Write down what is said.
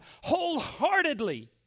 wholeheartedly